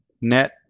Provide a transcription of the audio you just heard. net